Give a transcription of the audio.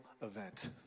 event